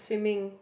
swimming